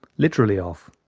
literally off.